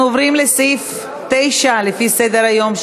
אנחנו עוברים לסעיף 9 בסדר-היום: